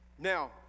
Now